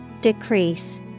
Decrease